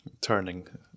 turning